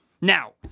Now